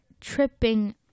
tripping